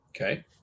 Okay